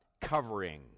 covering